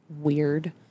weird